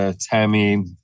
Tammy